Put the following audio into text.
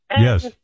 Yes